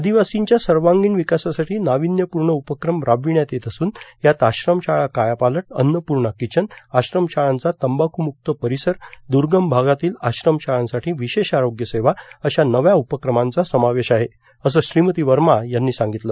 आदिवार्सींच्या सर्वांगिण विकासासाठी नाविन्यपूर्ण उपक्रम राबविण्यात येत असून यात आश्रमशाळा कायापालट अन्नपुर्णा किचन आश्रमशाळांचा तंबाखूमुक्त परिसर दुर्गम भागातील आश्रमशाळांसाठी विशेष आरोग्य सेवा अशा नव्या उपक्रमांचा समावेश आहे असं श्रीमती वर्मा यांनी सांगितलं